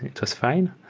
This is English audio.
it was fine.